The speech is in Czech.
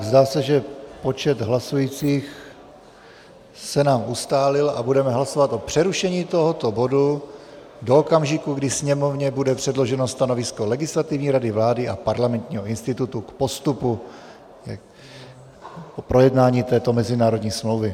Zdá se, že počet hlasujících se nám ustálil, a budeme hlasovat o přerušení tohoto bodu do okamžiku, kdy Sněmovně bude předloženo stanovisko Legislativní rady vlády a Parlamentního institutu k postupu projednání této mezinárodní smlouvy.